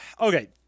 Okay